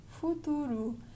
futuro